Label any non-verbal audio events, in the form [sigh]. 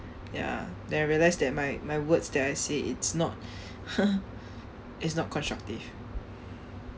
ya then I realise that my my words that I say it's not [laughs] it's not constructive